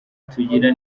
tugira